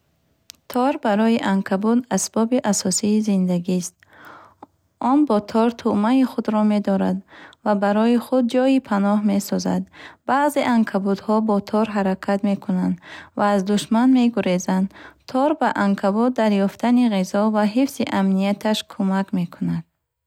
Тор барои анкабут асбоби асосии зиндагист. Он бо тор тӯъмаи худро медорад ва барои худ ҷойи паноҳ месозад. Баъзе анкабутҳо бо тор ҳаракат мекунанд ва аз душман мегурезанд. Тор ба анкабут дар ёфтани ғизо ва ҳифзи амнияташ кӯмак мекунад.